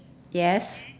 yes